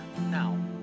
now